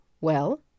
Well